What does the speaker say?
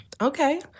okay